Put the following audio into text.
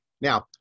Now